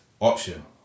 option